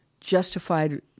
Justified